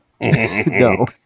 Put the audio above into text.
No